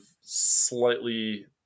slightly